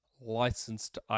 licensed